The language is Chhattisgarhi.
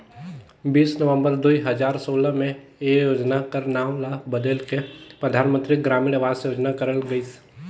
बीस नवंबर दुई हजार सोला में ए योजना कर नांव ल बलेद के परधानमंतरी ग्रामीण अवास योजना करल गइस